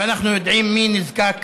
ואנחנו יודעים מי נזקק